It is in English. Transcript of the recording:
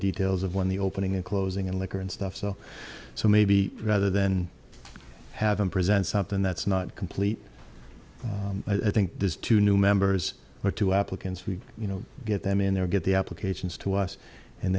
details of when the opening and closing and liquor and stuff so so maybe rather than have them present something that's not complete i think there's two new members or two applicants we you know get them in there get the applications to us and